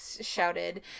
shouted